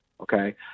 okay